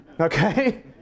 Okay